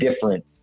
different